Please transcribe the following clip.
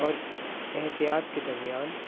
اور احتیاط کے درمیان